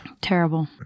Terrible